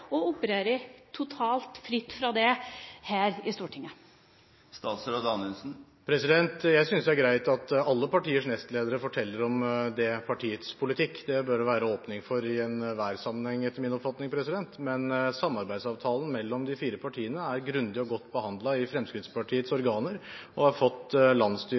og som opererer totalt fritt fra det her i Stortinget? Jeg synes det er greit at alle partiers nestledere forteller om det enkelte partiets politikk. Det bør det være åpning for i enhver sammenheng, etter min oppfatning, men samarbeidsavtalen mellom de fire partiene er grundig og godt behandlet i Fremskrittspartiets organer og har fått